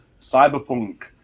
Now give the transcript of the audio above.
Cyberpunk